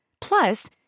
Plus